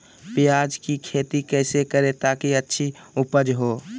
प्याज की खेती कैसे करें ताकि अच्छी उपज हो?